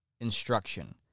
instruction